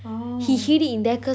orh